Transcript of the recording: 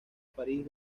parís